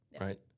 right